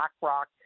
BlackRock